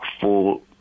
full